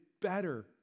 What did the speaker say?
better